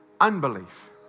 unbelief